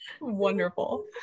wonderful